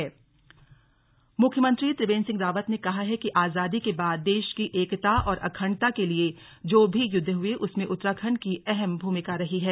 विजय Diwas CM मुख्यमंत्री त्रिवेंद्र सिंह रावत ने कहा है कि आजादी के बाद देश की एकता और अखण्डता के लिए जो भी युद्ध हुए उसमें उत्तराखण्ड की अहम भूमिका रही है